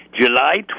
July